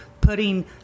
putting